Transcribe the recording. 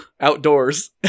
Outdoors